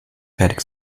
fertig